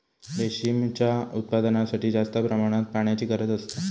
रेशीमच्या उत्पादनासाठी जास्त प्रमाणात पाण्याची गरज असता